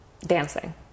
dancing